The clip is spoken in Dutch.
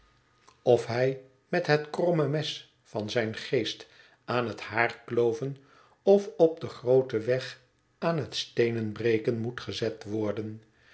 of hij met het kromme mes van zijn geest aan het haarklooven of op den grooten weg aan het steenehbreken moet gezet worden